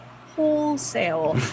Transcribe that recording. wholesale